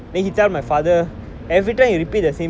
orh right right right